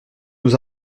nous